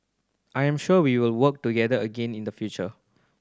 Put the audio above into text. I am sure we will work together again in the future